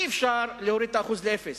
אי-אפשר להוריד את האחוז לאפס,